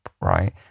right